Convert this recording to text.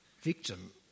victim